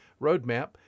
roadmap